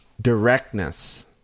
directness